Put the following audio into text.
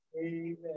Amen